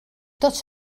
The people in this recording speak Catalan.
tots